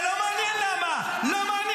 לא,